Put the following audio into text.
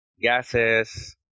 gases